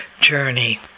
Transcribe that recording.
journey